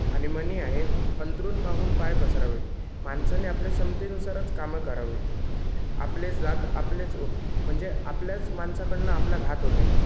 आणि म्हणी आहेत अंथरूण पाहून पाय पसरावे माणसाने आपल्या क्षमतेनुसारच कामं करावी आपलेच दात आपलेच ओठ म्हणजे आपल्याच माणसाकडनं आपला घात होणे